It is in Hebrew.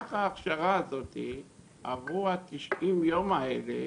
במהלך ההכשרה הזאתי עברו ה-90 יום האלה